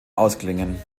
ausklingen